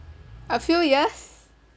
a few years